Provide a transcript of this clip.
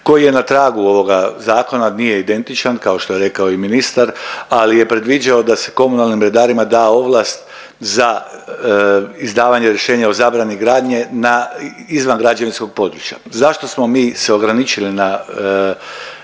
koji je na tragu ovoga zakona, nije identičan kao što je rekao i ministar, ali je predviđao da se komunalnim redarima da ovlast za izdavanje rješenja o zabrani gradnje na izvan građevinskog područja. Zašto smo mi se ograničili na